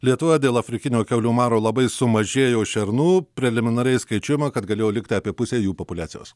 lietuva dėl afrikinio kiaulių maro labai sumažėjo šernų preliminariai skaičiuojama kad galėjo likti apie pusė jų populiacijos